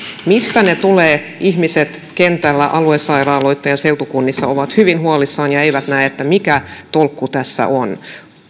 mistä ne tulevat ihmiset kentällä aluesairaaloissa ja seutukunnissa ovat hyvin huolissaan ja eivät näe mikä tolkku tässä on